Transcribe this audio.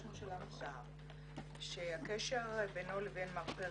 הממשלה מסר שהקשר בינו לבין מר פרטרידג'